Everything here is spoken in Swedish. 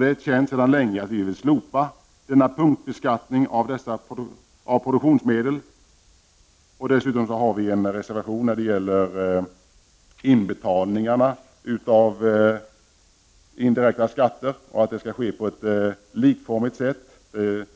Det är sedan länge känt att vi vill slopa denna punktbeskattning av produktionsmedel. Dessutom har vi en reservation som gäller inbetalningarna av indirekta skatter. Dessa inbetalningar skall ske på ett likformigt sätt, vilket